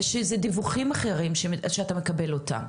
ישנם אי אילו דיווחים אחרים שאתה מקבל אותם.